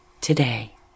today